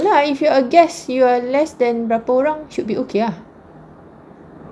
no lah if you're a guest you are less than berapa orang should be okay ah